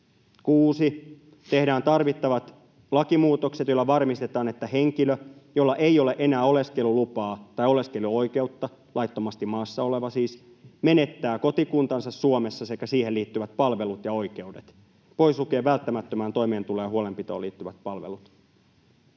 6) ”Tehdään tarvittavat lakimuutokset, joilla varmistetaan, että henkilö, jolla ei ole enää oleskelulupaa tai oleskeluoikeutta,” — laittomasti maassa oleva siis — ”menettää kotikuntansa Suomessa sekä siihen liittyvät palvelut ja oikeudet pois lukien välttämättömään toimeentuloon ja huolenpitoon liittyvät palvelut.”